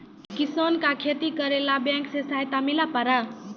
किसान का खेती करेला बैंक से सहायता मिला पारा?